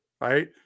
Right